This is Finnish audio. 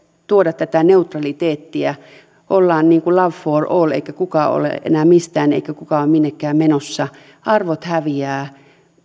tuoda tätä neutraliteettia ollaan niin kuin love for all eikä kukaan ole enää mistään eikä kukaan minnekään menossa arvot häviävät